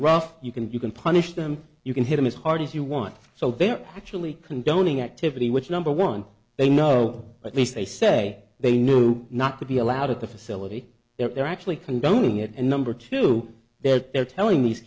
rough you can you can punish them you can hear them as hard as you want so they're actually condoning activity which number one they know at least they say they know not to be allowed at the facility they're actually condoning it and number two that they're telling these